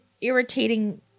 irritating